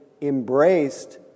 embraced